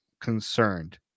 concerned